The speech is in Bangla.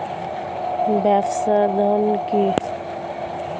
ব্যবসায় ঋণ কি?